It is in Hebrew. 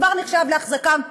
כבר נחשב להחזקה.